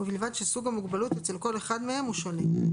ובלבד שסוג המוגבלות אצל כל אחד מהם הוא שונה.